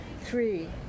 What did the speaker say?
three